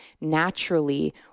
naturally